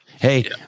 Hey